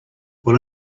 what